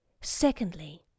Secondly